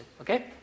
okay